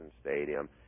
Stadium